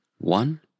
one